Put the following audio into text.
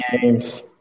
games